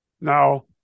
Now